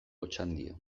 otxandio